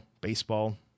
baseball